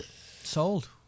Sold